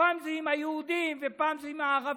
פעם זה עם היהודים, ופעם זה עם הערבים.